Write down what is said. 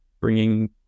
bringing